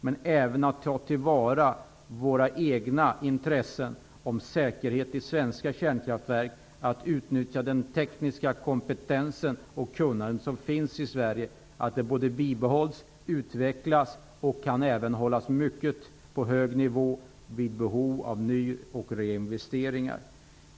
Det gäller att vi tar till vara våra egna intressen av säkerhet i svenska kärnkraftverk, att vi utnyttjar den tekniska kompetens, och det kunnande, som finns i Sverige. Den måste bibehållas, utvecklas och kunna hållas på en mycket hög nivå vid behov av ny och reinvesteringar.